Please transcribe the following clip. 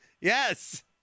Yes